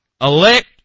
elect